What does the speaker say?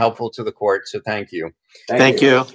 helpful to the court so thank you thank you